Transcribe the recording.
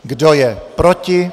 Kdo je proti?